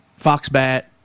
Foxbat